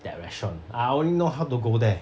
that restaurant I only know how to go there